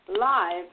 live